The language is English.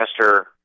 master